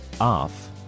off